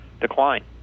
decline